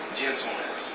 gentleness